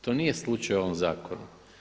To nije slučaj u ovom zakonu.